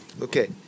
Okay